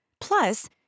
Plus